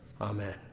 Amen